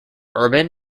urban